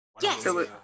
Yes